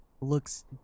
looks